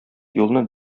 юлны